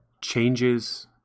changes